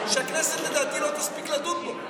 שהכנסת, לדעתי, לא תספיק לדון בו.